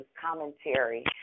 commentary